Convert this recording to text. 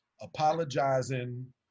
apologizing